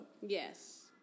Yes